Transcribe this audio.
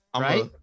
Right